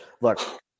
Look